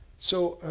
so